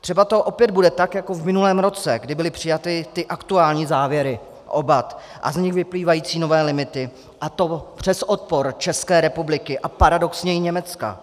Třeba to opět bude tak jako v minulém roce, kdy byly přijaty ty aktuální závěry o BAT a z nich vyplývající nové limity, a to přes odpor České republiky a paradoxně i Německa.